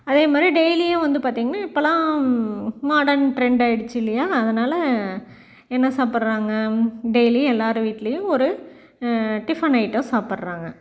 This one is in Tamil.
அதே மாதிரி டெய்லியும் வந்து பார்த்திங்கன்னா இப்போல்லாம் மாடன் ட்ரெண்ட் ஆயிருச்சு இல்லையா அதனாலே என்ன சாப்பிட்றாங்க டெய்லியும் எல்லார் வீட்டிலையும் ஒரு டிஃபன் ஐட்டம் சாப்பிட்றாங்க